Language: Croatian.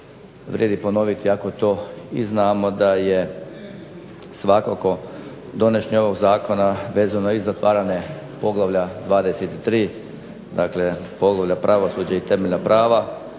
vrijedi ponoviti iako to i znamo da je svakako donošenje ovog zakona vezano i za zatvaranje poglavlja 23.-Pravosuđe i temeljna prava